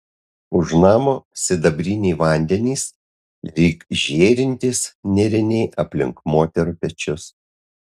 už namo sidabriniai vandenys lyg žėrintys nėriniai aplink moterų pečius